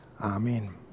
Amen